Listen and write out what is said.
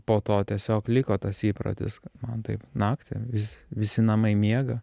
po to tiesiog liko tas įprotis man taip naktį vis visi namai miega